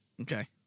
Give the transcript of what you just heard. Okay